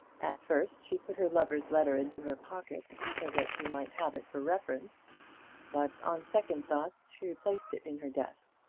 at first she put her lover's letter into her pocket, so that she might have it for reference but, on second thoughts, she replaced it in her desk,